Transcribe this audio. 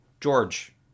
George